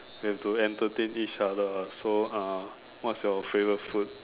we have to entertain each other so uh what's your favourite food